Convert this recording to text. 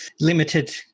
limited